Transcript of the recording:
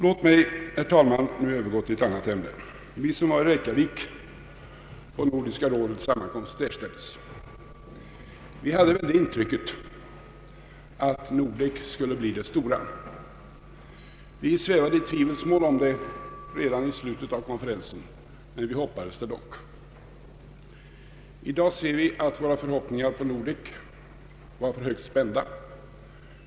Låt mig, herr talman, nu övergå till ett annat ämne. Vi som var i Reykjavik på Nordiska rådets sammankomst därstädes hade väl det intrycket att Nordek skulle bli det stora. Vi svävade i tvivelsmål om det redan i slutet av konferensen, men vi hoppades dock. I dag vet vi att våra förhoppningar på Nordek var för högt spända.